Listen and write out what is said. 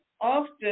often